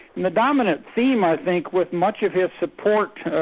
and the dominant theme i think with much of his support,